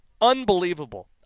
Unbelievable